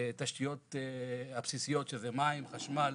תשתיות בסיסיות שזה מים וחשמל